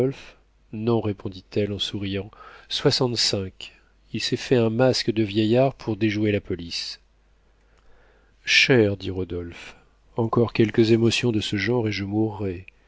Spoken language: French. répondit elle en souriant soixante-cinq il s'est fait un masque de vieillard pour déjouer la police chère dit rodolphe encore quelques émotions de ce genre et je mourrais